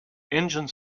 engine